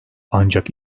ancak